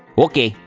okay,